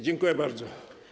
Dziękuję bardzo.